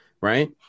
right